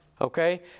Okay